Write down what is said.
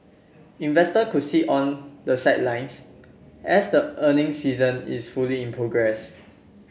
investors could sit on the sidelines as the earnings season is fully in progress